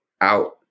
out